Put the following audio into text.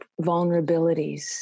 vulnerabilities